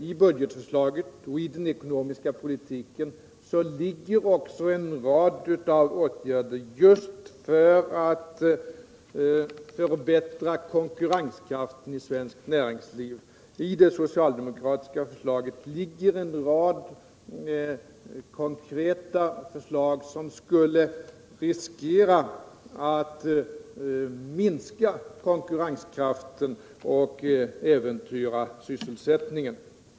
I budgetförslaget och i den ekonomiska politiken ligger också en rad åtgärder just för att förbättra konkurrenskraften i svenskt näringsliv. I det socialdemokratiska förslaget ligger en rad konkreta förslag som skulle riskera att minska konkurrenskraften och äventyra sysselsättningen.